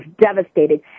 devastated